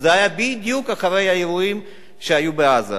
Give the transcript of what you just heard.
זה היה בדיוק אחרי האירועים שהיו בעזה.